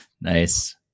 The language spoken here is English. Nice